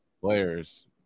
players